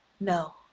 no